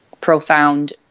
profound